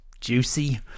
juicy